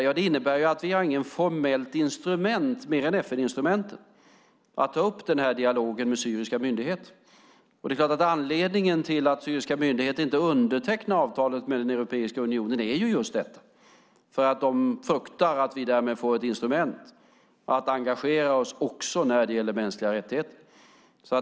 Jo, det innebär att vi inte har något formellt instrument, annat än FN-instrumentet, att ta upp dialogen med syriska myndigheter. Anledningen till att syriska myndigheter inte undertecknar avtalet med Europeiska unionen är just att de fruktar att vi därmed får ett instrument att engagera oss också när det gäller mänskliga rättigheter.